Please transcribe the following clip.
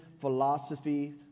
philosophy